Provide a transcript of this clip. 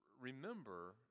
Remember